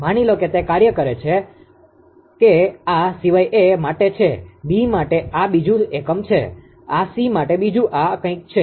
માની લો કે તે કાર્ય કરે છે કે આ સિવાય એ માટે છે બી માટે આ બીજું એકમ છે આ સી માટે બીજું આ કંઈક છે